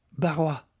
Barois